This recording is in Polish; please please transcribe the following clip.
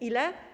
Ile?